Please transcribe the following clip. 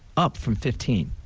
up from fifteen.